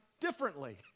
differently